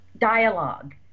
dialogue